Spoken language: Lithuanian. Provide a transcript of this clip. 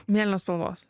mėlynos spalvos